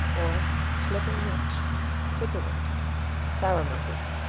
or schlicker milch switzerland sour-milker.